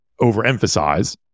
overemphasize